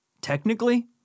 technically